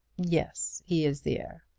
yes he is the heir.